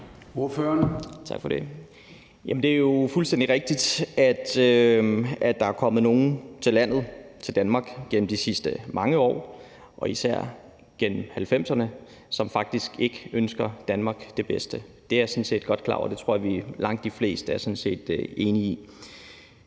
Det er jo fuldstændig rigtigt, at der er kommet nogle til Danmark gennem de sidste mange år og især gennem 1990'erne, som faktisk ikke ønsker Danmark det bedste. Det er jeg sådan set godt klar over, og det tror jeg langt de fleste sådan set